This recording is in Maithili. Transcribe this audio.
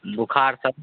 बुख़ार तऽ